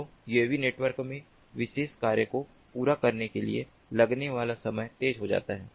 तो UAV network में विशेष कार्य को पूरा करने के लिए लगने वाला समय तेज हो जाता है